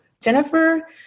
Jennifer